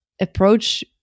approach